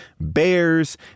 bears